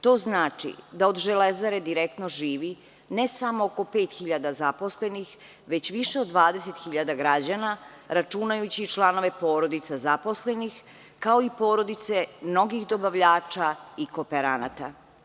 To znači da od Železare direktno živi ne samo oko 5.000 zaposlenih, već više od 20.000 građana računajući članove porodica zaposlenih, kao i porodice mnogih dobavljača i kooperanata.